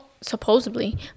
supposedly